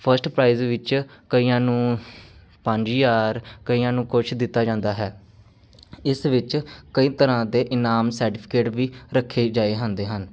first prize ਵਿੱਚ ਕਈਆਂ ਨੂੰ ਪੰਜ ਹਜ਼ਾਰ ਕਈਆਂ ਨੂੰ ਕੁਛ ਦਿੱਤਾ ਜਾਂਦਾ ਹੈ ਇਸ ਵਿੱਚ ਕਈ ਤਰ੍ਹਾਂ ਦੇ ਇਨਾਮ ਸਰਟੀਫਿਕੇਟ ਵੀ ਰੱਖੇ ਗਏ ਹੁੰਦੇ ਹਨ